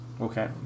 Okay